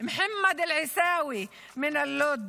מחמוד אלעסיוי מלוד,